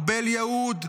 ארבל יהוד,